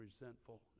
resentful